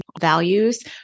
values